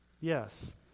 Yes